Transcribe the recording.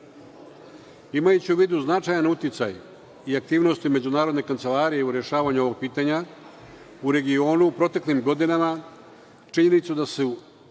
nas. Imajući u vidu značajan uticaj i aktivnosti Međunarodne kancelarije u rešavanju ovog pitanja u regionu u proteklim godinama, činjenicu da se